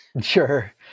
Sure